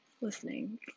listening